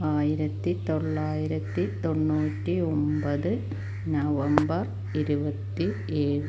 ആയിരത്തി തൊള്ളായിരത്തി തൊണ്ണൂറ്റി ഒമ്പത് നവംബർ ഇരുപത്തി ഏഴ്